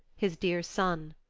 his dear son?